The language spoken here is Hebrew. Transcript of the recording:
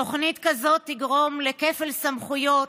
תוכנית כזאת תגרום לכפל סמכויות,